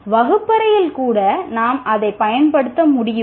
வகுப்பறையில் கூட நாம் அதைப் பயன்படுத்த முடியுமா